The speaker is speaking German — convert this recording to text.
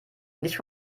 nicht